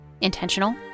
intentional